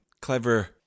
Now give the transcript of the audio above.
clever